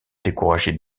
décourager